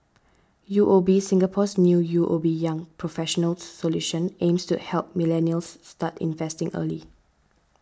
U O B Singapore's new U O B Young Professionals Solution aims to help millennials start investing early